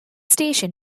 station